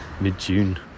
mid-June